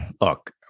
look